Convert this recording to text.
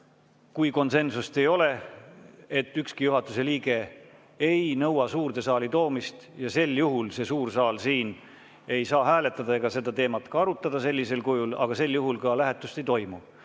kui konsensust ei ole, et ükski juhatuse liige ei nõua [selle teema] suurde saali toomist. Sel juhul suur saal ei saa hääletada ega seda teemat arutada sellisel kujul, aga sel juhul ka lähetust ei toimu.